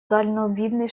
дальновидный